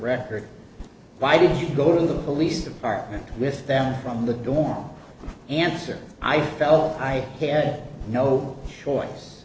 record why did you go to the police department with them from the door answer i felt i had no choice